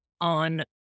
on